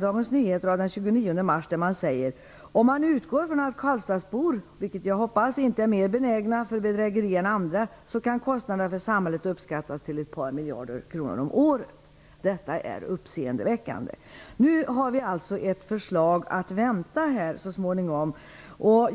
Dagens Nyheter av den 29 mars säger: Om man utgår från att karlstadbor - vilket jag hoppas - inte är mer benägna för bedrägeri än andra kan kostnaderna för samhället uppskattas till ett par miljarder kronor om året. Detta är uppseendeväckande. Så småningom har vi alltså ett förslag att vänta.